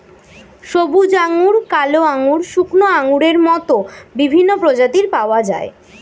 সবুজ আঙ্গুর, কালো আঙ্গুর, শুকনো আঙ্গুরের মত বিভিন্ন প্রজাতির পাওয়া যায়